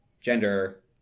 gender